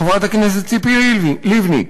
חברת הכנסת ציפי לבני,